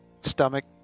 stomach